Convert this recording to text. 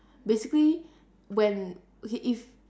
basically when okay if